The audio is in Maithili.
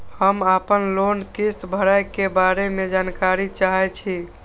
हम आपन लोन किस्त भरै के बारे में जानकारी चाहै छी?